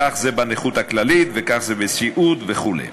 כך זה בנכות הכללית וכך זה בסיעוד וכו'.